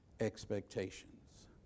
expectations